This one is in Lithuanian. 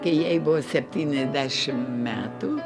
kai jai buvo septyniasdešim metų